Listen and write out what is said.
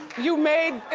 you made,